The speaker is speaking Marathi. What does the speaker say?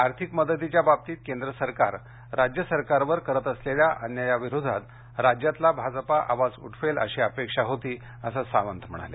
आर्थिक मदतीच्या बाबतीत केंद्र सरकार राज्य सरकारवर करत असलेल्या अन्यायाविरोधात राज्यातला भाजपा आवाज उठवेल अशी अपेक्षा होती असं सावंत म्हणाले